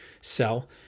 sell